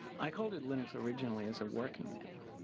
i called it linux originally as and working name.